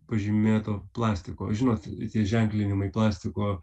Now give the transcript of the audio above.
pažymėto plastiko žinot ženklinimai plastiko